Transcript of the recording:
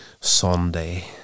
Sunday